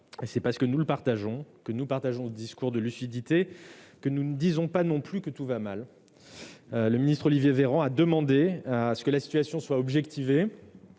C'est parce que nous le partageons, que nous partageons ce discours de lucidité, que nous ne disons pas non plus que tout va mal. Le ministre Olivier Véran a demandé que la situation soit objectivée